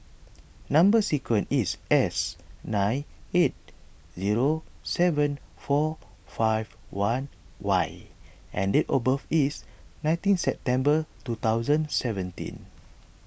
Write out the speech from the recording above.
Number Sequence is S nine eight zero seven four five one Y and date of birth is nineteen September two thousand seventeen